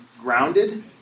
grounded